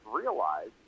realize